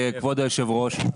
כבוד היושב ראש,